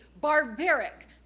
barbaric